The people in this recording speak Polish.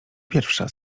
pierwsza